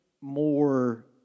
more